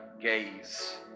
gaze